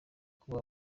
kuba